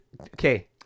okay